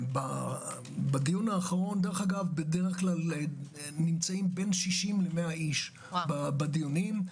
בדרך כלל נמצאים בין 60 ל-100 איש בדיונים.